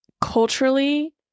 culturally